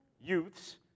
youths